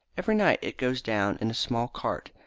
every night it goes down in a small cart,